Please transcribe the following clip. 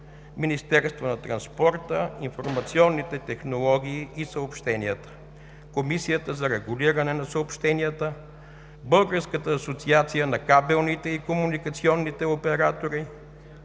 Министерство на транспорта, информационните технологии и съобщенията, Комисията за регулиране на съобщенията, Българската асоциация на кабелните и комуникационните оператори,